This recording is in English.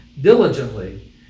diligently